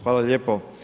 Hvala lijepo.